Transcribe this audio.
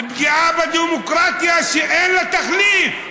פגיעה בדמוקרטיה שאין לה תחליף,